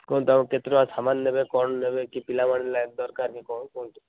କୁହନ୍ତୁ ଆପଣ କେତେ ଟଙ୍କା ସାମାନ ନେବେ କଣ ନେବେ କି ପିଲାମାନେ ଦରକାର କି କଣ କୁହନ୍ତୁ